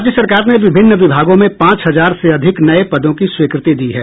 राज्य सरकार ने विभिन्न विभागों में पांच हजार से अधिक नये पदों की स्वीकृति दी है